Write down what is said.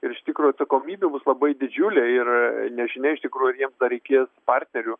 ir iš tikro atsakomybė bus labai didžiulė ir nežinia iš tikrųjų jiems dar reikės partnerių